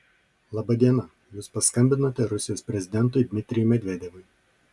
laba diena jūs paskambinote rusijos prezidentui dmitrijui medvedevui